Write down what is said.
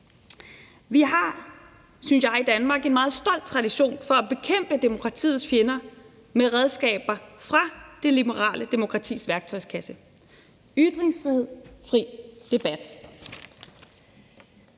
Vi har, synes jeg, i Danmark en meget stolt tradition for at bekæmpe demokratiets fjender med redskaber fra det liberale demokratis værktøjskasse: ytringsfrihed og fri debat.